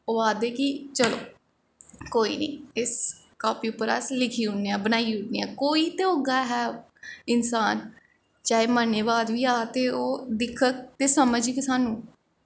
ओह् आखदे कि चलो कोई निं इस कापी उप्पर अस लिखी ओड़ने आं बनाई ओड़ने आं कोई ते होग ऐसा इंसान चाहे मरने बाद बी आग ते ओह् दिक्खग ते समझग सानूं